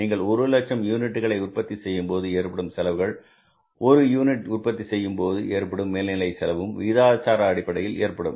நீங்கள் ஒரு லட்சம் யூனிட்டுகளை உற்பத்தி செய்யும் போது ஏற்படும் செலவுகளும் ஒரு யூனிட் உற்பத்தி செய்யும்போது ஏற்படும் மேல்நிலை செல்லவும் விகிதாச்சார அடிப்படையில் ஏற்படும்